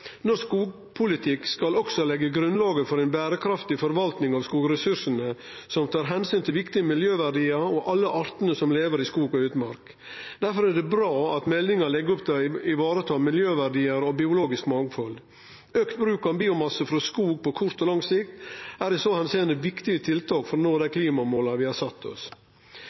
skogpolitikk skal òg leggje grunnlaget for ei berekraftig forvaltning av skogressursane som tar omsyn til viktige miljøverdiar og alle artene som lever i skog og utmark. Difor er det bra at meldinga legg opp til å vareta miljøverdiar og biologisk mangfald. Auka bruk av biomasse frå skog på kort og lang sikt er i så måte eit viktig tiltak for å nå dei klimamåla vi har sett oss.